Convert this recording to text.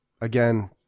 again